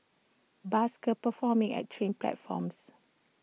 buskers performing at train platforms